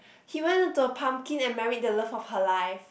he went into a pumpkin and married the love of her life